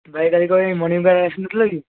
ଭାଇ କାଲି କ'ଣ ପାଇଁ ମର୍ଣ୍ଣିଂ ପାଇଁ ଆସିନଥିଲ କି